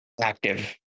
active